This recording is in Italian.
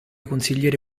consigliere